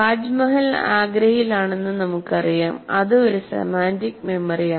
താജ്മഹൽ ആഗ്രയിലാണെന്ന് നമുക്കറിയാം അത് ഒരു സെമാന്റിക് മെമ്മറിയാണ്